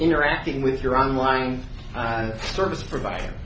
interacting with your online service provider